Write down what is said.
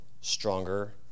stronger